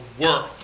world